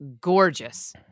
gorgeous